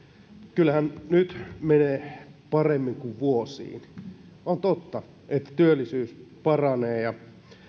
kyllähän nyt menee paremmin kuin vuosiin on totta että työllisyys paranee ja